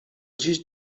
dziś